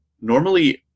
normally